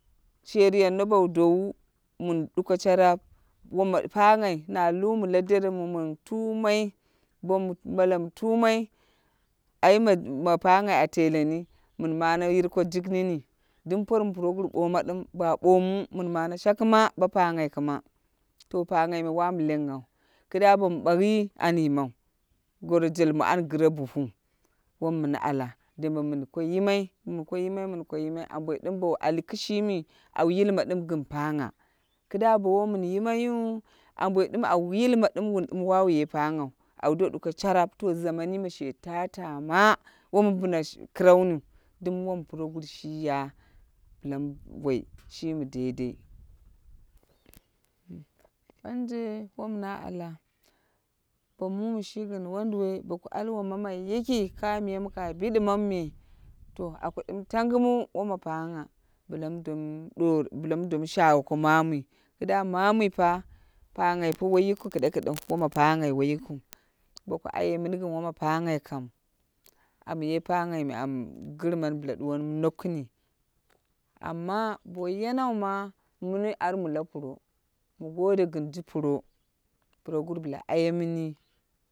Sheriyan bowo dowu mun duko sharapa woma panghai na lumu na deren mu mun tumai bom malamu tumai aiyim ma panghai a teleni mun manu yirko jik nini dum por mi puroguru boma ɗim ba ɓoma mun mane shakima bo panghai kɨma to pangha wam lenghau. Kɨda bom bayi an yimau gorojelmu wan gire bugu. Wom min ala dembe min ko yimai min ko yimai, min ko yimai, amboi dim bo ali kishimi au yilma dim gɨn pangha, ki da bo min yimayiu amboi dim au yilma dim wun dim wau ye panghau au do duko sharap to zaman me she tatama, mo min bina kɨrau nu, dum wom puroguru shiya bila mu woi shi mi dai dai. Banje wom na ala bo mu mi shi gin wonduwoi bo ku ali womamai yiki ka miya ka bidimamume to a ku tangimu woma pangha bɨla domu shagye ko mamui ki duwa mamu pa panghai woi yikiu, boku aiyemini gin woma panghai kam anye panghai me an girmani bila duwoni nokɨm, amma bo woi ma mu loi armu la puro, mu gode gɨn shi puro, puroguru bɨla ayonii.